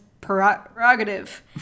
prerogative